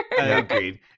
Agreed